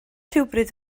rhywbryd